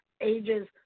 ages